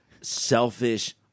selfish